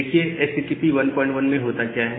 देखिए एचटीटीपी 11 में क्या होता है